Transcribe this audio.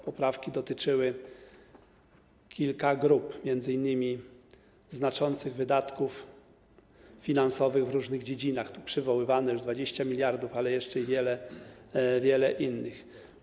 Poprawki dotyczyły kilku grup, m.in. znaczących wydatków finansowych w różnych dziedzinach - przywoływanych tu już 20 mld, ale jeszcze wielu, wielu innych.